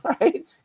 right